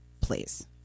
please